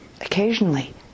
occasionally